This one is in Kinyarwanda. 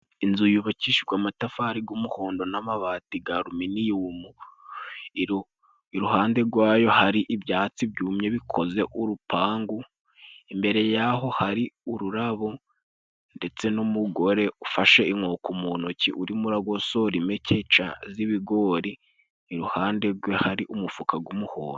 Inzu yubakishishwa amatafari g'umuhondo n'amabati ga aruminimu iruhande gwayo hari ibyatsi byumye bikoze urupangu ,imbere yaho hari ururabo ndetse n'umugore ufashe inkoko mu ntoki urimo uragosora impekeca z'ibigori, iruhande gwe hari umufuka g'umuhondo.